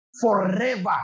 Forever